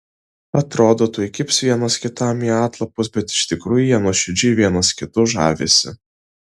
atrodo tuoj kibs vienas kitam į atlapus bet iš tikrųjų jie nuoširdžiai vienas kitu žavisi